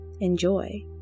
enjoy